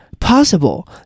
Possible